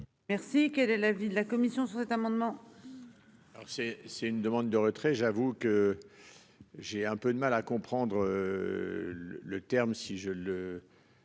Merci qui. De l'avis de la commission sur cet amendement. Alors c'est, c'est une demande de retrait. J'avoue que. J'ai un peu de mal à comprendre. Le le terme si je le.--